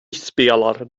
spelar